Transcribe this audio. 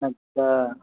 اچھا